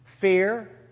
fear